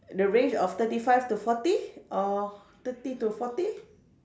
the range of thirty five to forty or thirty to forty